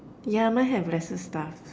yeah mine have lesser stuff